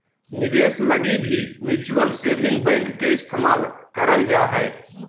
निवेश लगी भी म्युचुअल सेविंग बैंक के इस्तेमाल करल जा हय